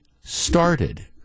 started